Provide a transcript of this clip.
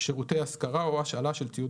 שירותי השכרה או השאלה של ציוד